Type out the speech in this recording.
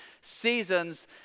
seasons